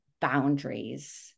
boundaries